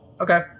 Okay